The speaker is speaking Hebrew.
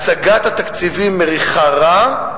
הצגת התקציבים מריחה רע,